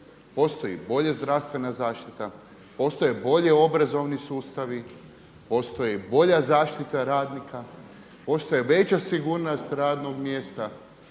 postoji bolja zdravstvena zaštita, postoje bolji obrazovni sustavi, postoji bolja zaštita radnika, postoji veća sigurnost radnog mjesta,